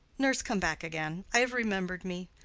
nurse, come back again i have rememb'red me,